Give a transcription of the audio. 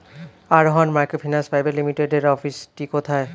আরোহন microfinance private লিমিটেডের অফিসটি কোথায়?